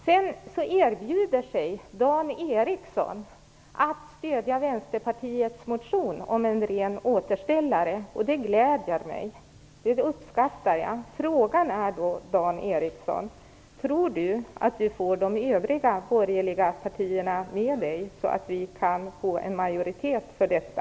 Dan Ericsson erbjuder sig att stödja Vänsterpartiets motion om ett rent återställande. Det gläder mig, för det uppskattar jag. Frågan är då: Tror Dan Ericsson att han kan få de övriga borgerliga partierna med sig, så att vi kan få majoritet för detta?